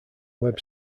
web